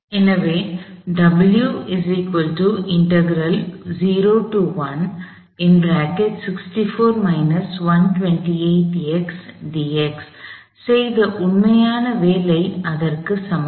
எனவே செய்த உண்மையான வேலை அதற்கு சமம்